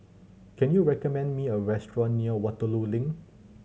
can you recommend me a restaurant near Waterloo Link